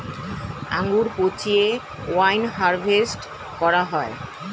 আঙ্গুর পচিয়ে wine harvest করা হয়